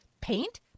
paint